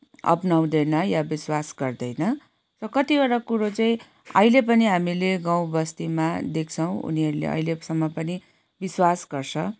अपनाउँदैन या विश्वास गर्दैन र कतिवटा कुरो चाहिँ अहिले पनि हामीले गाउँ बस्तीमा देख्छौँ उनीहरूले अहिलेसम्म पनि विश्वास गर्छ